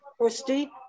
Christy